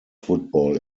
football